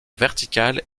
verticale